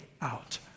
out